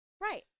Right